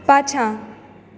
पाछाँ